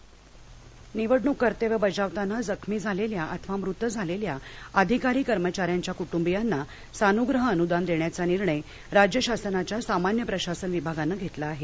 निवडणूक कर्मचारी अनुदान निवडणूक कर्तव्य बजावताना जखमी झालेल्या अथवा मृत झालेल्या अधिकारी कर्मचाऱ्यांच्या कुटुंबियांना सानुग्रह अनुदान देण्याचा निर्णय राज्य शासनाच्या सामान्य प्रशासन विभागानं घेतला आहे